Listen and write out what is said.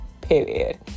period